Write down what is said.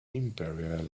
imperial